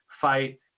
fight